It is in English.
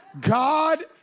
God